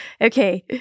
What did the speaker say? okay